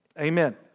Amen